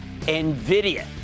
NVIDIA